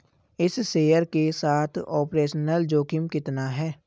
इस शेयर के साथ ऑपरेशनल जोखिम कितना है?